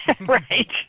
right